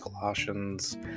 Colossians